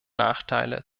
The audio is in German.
nachteile